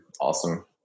awesome